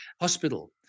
hospital